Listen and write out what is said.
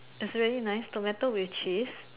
is really nice tomato with cheese